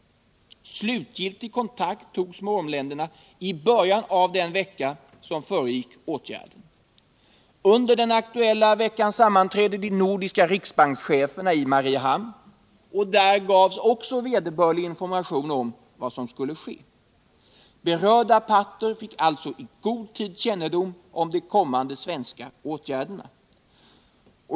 Slutgiltig kontakt togs med ormländerna i början av den vecka som föregick åtgärden. Under den aktuella veckan sammanträdde de nordiska riksbankscheferna i Mariehamn. Vid detta tillfälle gavs vederbörlig information om vad som skulle ske. Berörda parter fick alltså i god tid kännedom om de kommande svenska åtgärderna.